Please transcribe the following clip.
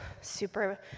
super